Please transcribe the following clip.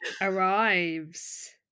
arrives